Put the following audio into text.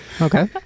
okay